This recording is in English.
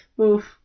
oof